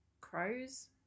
crows